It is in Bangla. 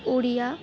ওড়িয়া